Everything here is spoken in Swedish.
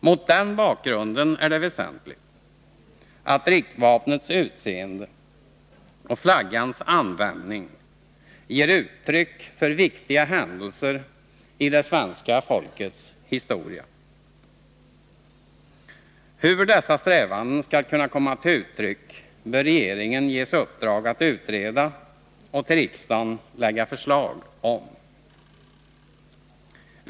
Mot den bakgrunden är det väsentligt att riksvapnens utseende och flaggans användning återspeglar viktiga händelser i det svenska folkets historia. Hur dessa strävanden skall kunna komma till uttryck bör regeringen ges i uppdrag att utreda och lägga fram förslag om till riksdagen.